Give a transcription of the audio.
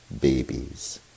babies